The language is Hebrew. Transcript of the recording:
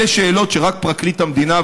אלה שאלות שרק פרקליט המדינה,